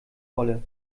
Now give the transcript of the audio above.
wolle